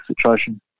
situation